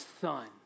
son